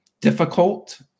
difficult